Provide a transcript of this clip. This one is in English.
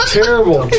terrible